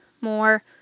more